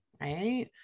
right